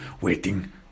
waiting